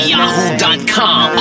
Yahoo.com